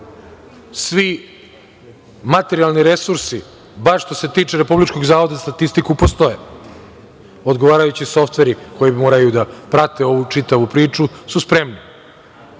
svi materijalni resursi, bar što se tiče Republičkog zavoda za statistiku, postoje. Odgovarajući softveri koji moraju da prate čitavu ovu priču su spremni.